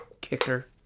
Kicker